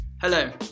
Hello